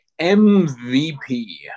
MVP